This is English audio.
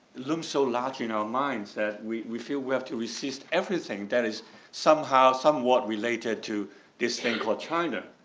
looms so large in our minds that we we feel we have to resist everything that is somehow somewhat related to this thing called china.